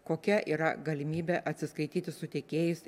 kokia yra galimybė atsiskaityti su tiekėjais